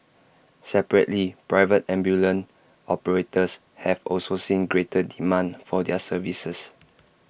separately private ambulance operators have also seen greater demand for their services